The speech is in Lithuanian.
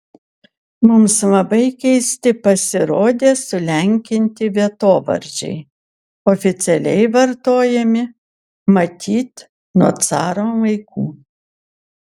mums labai keisti pasirodė sulenkinti vietovardžiai oficialiai vartojami matyt nuo caro laikų